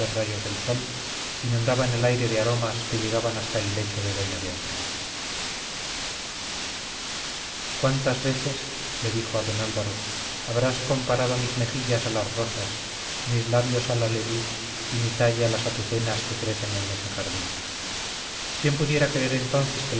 rayos del sol inundaban el aire de aromas que llegaban hasta el lecho de doña beatriz cuántas veces le dijo a don álvaro habrás comparado mis mejillas a las rosas mis labios al alhelí y mi talle a las azucenas que crecen en ese jardín quién pudiera creer entonces